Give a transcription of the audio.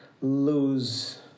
lose